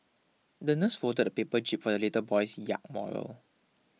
the nurse folded a paper jib for the little boy's yacht model